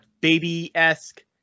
baby-esque